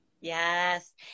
Yes